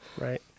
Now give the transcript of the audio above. Right